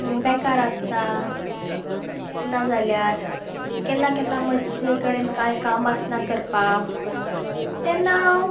बेकार आसता नाजाल्यार केन्ना केन्ना म्हजे कडेन कांय काम आसना करपा तेन्ना हांव